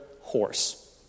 horse